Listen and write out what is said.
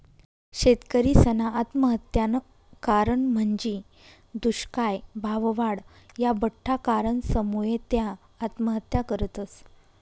शेतकरीसना आत्महत्यानं कारण म्हंजी दुष्काय, भाववाढ, या बठ्ठा कारणसमुये त्या आत्महत्या करतस